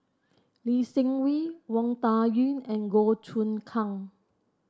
Lee Seng Wee Wang Dayuan and Goh Choon Kang